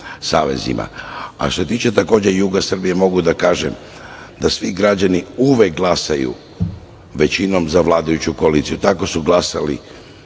što se tiče takođe juga Srbije, mogu da kažem da svi građani uvek glasaju većinom za vladajuću koaliciju. Tako su glasali,